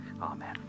Amen